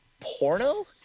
porno